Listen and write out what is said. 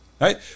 Right